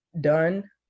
done